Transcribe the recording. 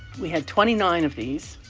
we had twenty nine of these.